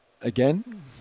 again